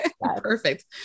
Perfect